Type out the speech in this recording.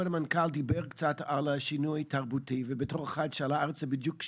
כבוד המנכ"ל דיבר קצת על השינוי התרבותי ובתור אחד שעלה ארצה בדיוק,